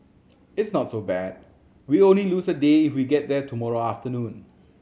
it's not so bad we only lose a day if we get there tomorrow afternoon